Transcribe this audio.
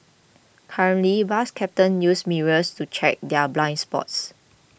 currently bus captains use mirrors to check their blind spots